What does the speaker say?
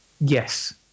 yes